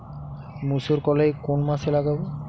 মুসুর কলাই কোন মাসে লাগাব?